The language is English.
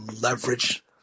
leverage